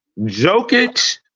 Jokic